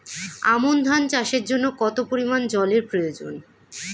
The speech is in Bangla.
আমন ধান চাষের জন্য কত পরিমান জল এর প্রয়োজন?